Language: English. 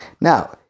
Now